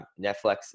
Netflix